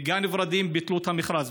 בגן ורדים ביטלו את המכרז,